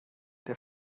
der